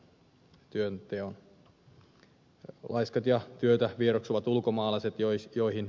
laiskat ja työtä vieroksuvat ulkomaalaiset joihin ed